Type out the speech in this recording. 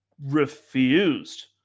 refused